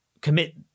commit